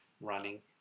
running